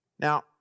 Now